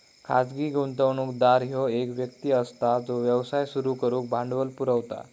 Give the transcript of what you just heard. खाजगी गुंतवणूकदार ह्यो एक व्यक्ती असता जो व्यवसाय सुरू करुक भांडवल पुरवता